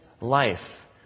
life